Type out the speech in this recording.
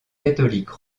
catholique